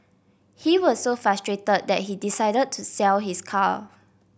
he was so frustrated that he decided to sell his car